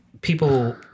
people